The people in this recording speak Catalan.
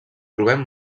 trobem